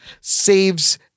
saves